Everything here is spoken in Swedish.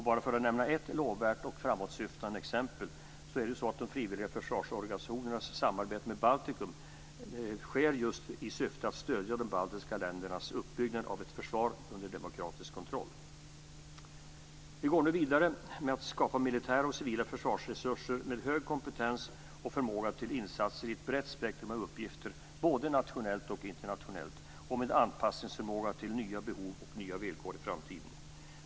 Bara för att nämna ett lovvärt och framåtsyftande exempel sker de frivilliga försvarsorganisationernas samarbete med Baltikum just i syfte att stödja de baltiska ländernas uppbyggnad av ett försvar under demokratisk kontroll. Vi går nu vidare med att skapa militära och civila försvarsresurser med hög kompetens och förmåga till insatser i ett brett spektrum av uppgifter både nationellt och internationellt och med anpassningsförmåga till nya behov och nya villkor i framtiden.